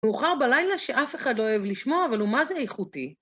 מאוחר בלילה שאף אחד לא אוהב לשמוע, אבל הוא מה זה איכותי